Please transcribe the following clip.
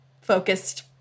focused